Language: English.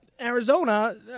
Arizona